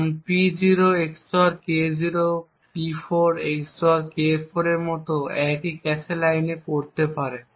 কারণ P0 XOR K0 P4 XOR K4 এর মতো একই ক্যাশে লাইনে পড়তে পারে